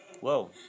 Whoa